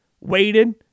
waited